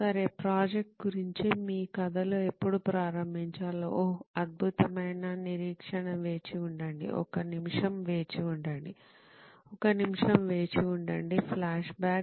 సరే ప్రాజెక్ట్ గురించి మీ కథతో ఎప్పుడు ప్రారంభించాలో ఓహ్ అద్భుతమైన నిరీక్షణ వేచి ఉండండి ఒక నిమిషం వేచి ఉండండి ఒక నిమిషం వేచి ఉండండి ఫ్లాష్బ్యాక్